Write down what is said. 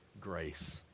grace